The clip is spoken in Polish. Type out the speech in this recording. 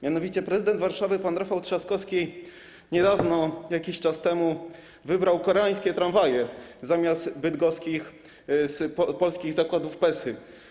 Mianowicie prezydent Warszawy pan Rafał Trzaskowski niedawno, jakiś czas temu wybrał koreańskie tramwaje zamiast tramwajów z bydgoskich, polskich zakładów PESA.